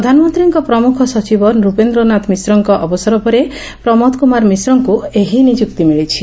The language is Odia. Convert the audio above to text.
ପ୍ରଧାନମନ୍ତୀଙ୍କ ପ୍ରମୁଖ ସଚିବ ନୂପେନ୍ଦ୍ରନାଥ ମିଶ୍ରଙ୍କ ଅବସର ପରେ ପ୍ରମୋଦ କୁମାର ମିଶ୍ରଙ୍କୁ ଏହି ନିଯୁକ୍ତି ମିଳିଛି